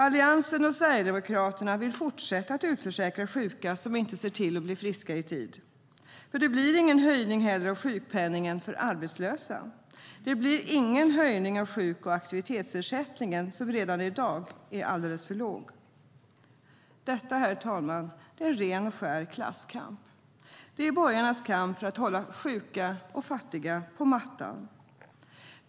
Alliansen och Sverigedemokraterna vill fortsätta att utförsäkra sjuka som inte ser till att bli friska i tid. Det blir heller ingen höjning av sjukpenningen för arbetslösa. Det blir ingen höjning av sjuk och aktivitetsersättningen, som redan i dag är alldeles för låg. Detta, herr talman, är ren och skär klasskamp. Det är borgarnas kamp för att hålla sjuka och fattiga på mattan.